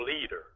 leader